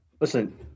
Listen